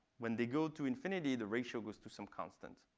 when they go to infinity, the ratio goes to some constant.